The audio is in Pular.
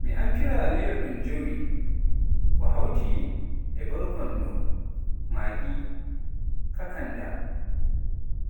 mi amfira liyorɗum jeewi, ko hawti e borkonno, maggi, kakaanda,